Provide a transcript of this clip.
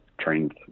trained